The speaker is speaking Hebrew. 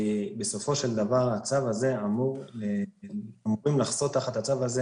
בסופו של דבר הצו הזה אמורים לחסות תחת הצו הזה